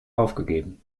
aufgegeben